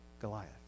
Goliath